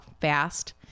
fast